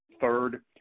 Third